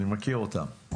אני מכיר אותה.